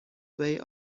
they